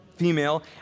female